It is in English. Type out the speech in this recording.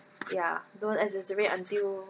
ya don't exaggerate until